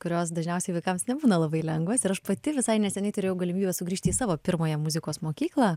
kurios dažniausiai vaikams nebūna labai lengvos ir aš pati visai neseniai turėjau galimybę sugrįžti į savo pirmąją muzikos mokyklą